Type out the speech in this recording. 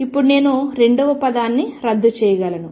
ఇప్పుడు నేను రెండవ పదాన్ని రద్దు చేయగలను